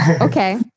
Okay